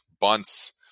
bunts